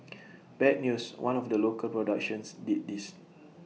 bad news one of the local productions did this